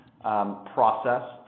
process